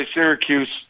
Syracuse